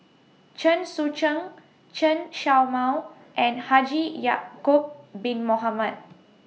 Chen Sucheng Chen Show Mao and Haji Ya'Acob Bin Mohamed